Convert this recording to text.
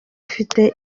afite